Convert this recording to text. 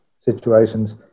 situations